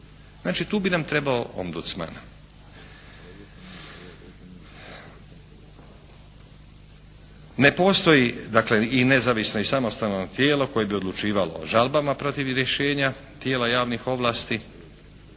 Znači, tu bi nam trebao ombudsman. Ne postoji dakle i nezavisno i samostalno tijelo koje bi odlučivalo o žalbama protiv rješenja tijela javnih ovlasti